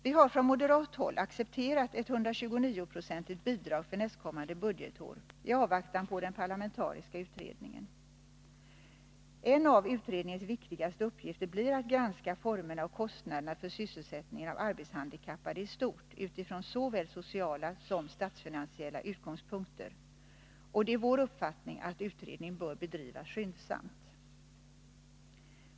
Vi har från moderat håll accepterat ett 129-procentigt bidrag för nästkommande budgetår i avvaktan på den parlamentariska utredningen. En av utredningens viktigaste uppgifter blir att granska formerna och kostnaderna för sysselsättningen av arbetshandikappade i stort från såväl sociala som statsfinansiella utgångspunkter. Det är vår uppfattning att utredningen bör bedrivas skyndsamt.